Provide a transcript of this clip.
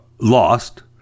lost